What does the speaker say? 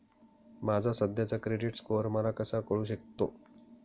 माझा सध्याचा credit score मला कसा कळू शकतो?